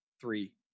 three